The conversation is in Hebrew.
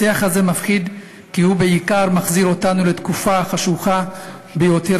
השיח הזה מפחיד כי הוא בעיקר מחזיר אותנו לתקופה חשוכה ביותר